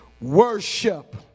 worship